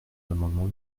l’amendement